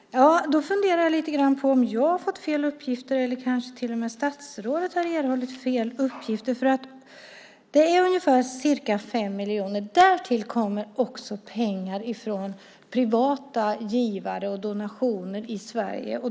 Herr talman! Jag funderar lite grann på om jag har fått fel uppgifter eller kanske till och med statsrådet har erhållit fel uppgifter. Det är fråga om ca 5 miljoner. Därtill kommer också pengar från privata givare och donationer i Sverige.